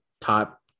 top